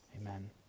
Amen